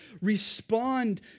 respond